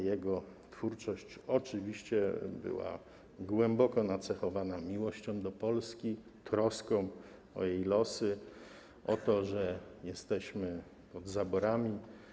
Jego twórczość oczywiście była głęboko nacechowana miłością do Polski, troską o jej losy, o to, że jesteśmy pod zaborami.